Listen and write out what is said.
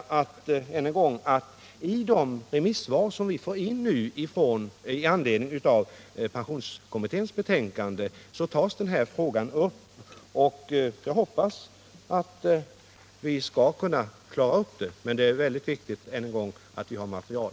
Jag vill sedan än en gång påminna om att denna fråga tas upp i de remissvar som vi nu får in med anledning av pensionskommitténs betänkande. Jag hoppas att vi skall kunna klara detta, men det är som sagt viktigt att vi har ett material.